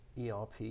ERP